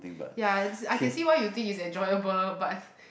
ya I can see why you think it's enjoyable but